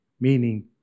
Meaning